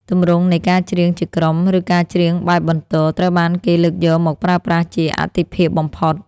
ទម្រង់នៃការច្រៀងជាក្រុម ឬការច្រៀងបែបបន្ទរ ត្រូវបានគេលើកយកមកប្រើប្រាស់ជាអាទិភាពបំផុត។